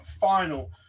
final